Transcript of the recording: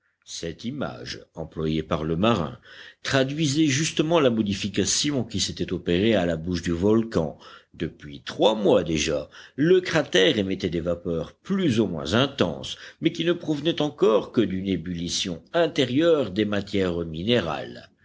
cette image employée par le marin traduisait justement la modification qui s'était opérée à la bouche du volcan depuis trois mois déjà le cratère émettait des vapeurs plus ou moins intenses mais qui ne provenaient encore que d'une ébullition intérieure des matières minérales